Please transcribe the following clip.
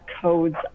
codes